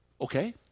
Okay